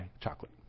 chocolate